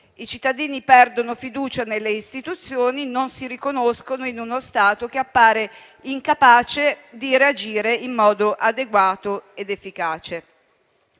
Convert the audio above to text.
I cittadini perdono fiducia nelle istituzioni e non si riconoscono in uno Stato che appare incapace di reagire in modo adeguato ed efficace.